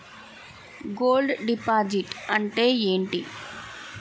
Gold deposit అంతే ఎంటి?